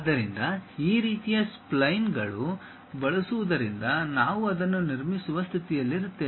ಆದ್ದರಿಂದ ಈ ರೀತಿಯ ಸ್ಪ್ಲೈನ್ಗಳನ್ನು ಬಳಸುವುದರಿಂದ ನಾವು ಅದನ್ನು ನಿರ್ಮಿಸುವ ಸ್ಥಿತಿಯಲ್ಲಿರುತ್ತೇವೆ